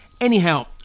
Anyhow